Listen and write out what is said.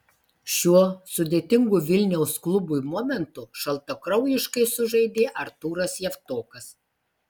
šiuo sudėtingu vilniaus klubui momentu šaltakraujiškai sužaidė artūras javtokas